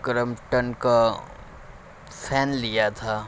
Crompton کا fan لیا تھا